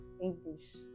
English